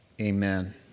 amen